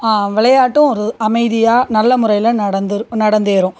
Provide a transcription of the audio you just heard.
விளையாட்டும் ஒரு அமைதியாக நல்ல முறையில் நடந்துர் நடந்தேறும்